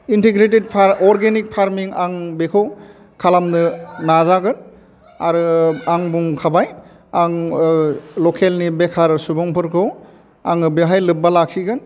integrated organic farming आं बेखौ खालामनो नाजागोन आरो आं बुंखाबाय आं ल'केलनि बेखार सुबुंफोरखौ आङो बेहाय लोब्बा लाखिगोन